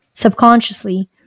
Subconsciously